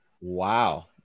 Wow